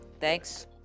Thanks